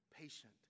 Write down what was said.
patient